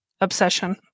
obsession